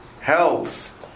helps